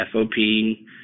FOP